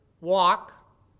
walk